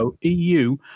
EU